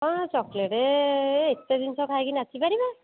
କ'ଣ ଚକ୍ଲେଟ୍ ଏତେ ଜିନିଷ ଖାଇକି ନାଚି ପାରିବା